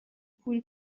پول